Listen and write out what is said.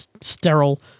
sterile